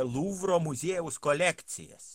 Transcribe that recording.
luvro muziejaus kolekcijas